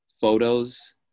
photos